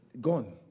gone